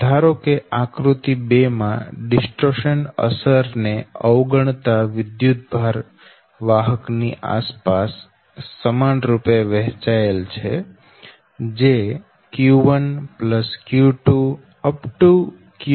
ધારો કે આકૃતિ 2 માં ડિસ્ટોર્શન અસર ને અવગણતા વિદ્યુતભાર વાહક ની આસપાસ સમાન રૂપે વહેંચાયેલ છે જે q1 q2